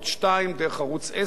בכל מקום שרק אפשר,